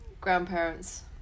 Grandparents